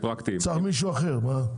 צריך מישהו אחר.